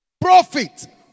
profit